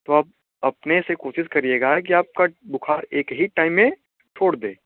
तो आप अपने से कोशिश करिएगा कि आपका बुख़ार एक ही टाइम में छोड़ दे